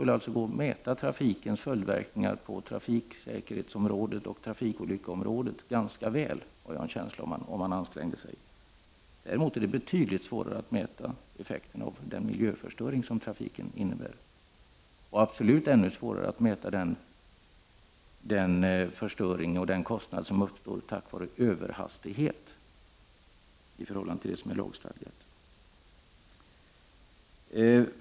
Vi kan mäta trafikens följdverkningar på trafiksäkerhetsområdet och trafikolyckorna ganska väl om vi anstränger oss. Däremot är det mycket svårare att mäta effekten av den miljöförstöring trafiken innebär. Och ännu svårare är det att mäta den förstöring och de skador som uppstår på grund av överhastighet i förhållande till lagstadgad fart.